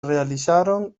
realizaron